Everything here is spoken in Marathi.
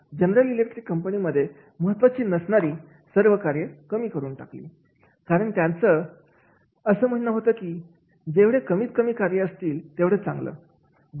जनरल इलेक्ट्रिक कंपनी मध्ये महत्त्वाची असणारी सर्व कार्य कमी करून टाकली कारण की त्यांचं असं म्हणणं होतं की जेवढे कमीत कमी कार्य असते तेवढे चांगला